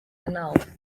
annulled